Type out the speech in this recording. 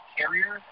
carrier